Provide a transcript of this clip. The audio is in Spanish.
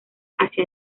hacia